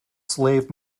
slave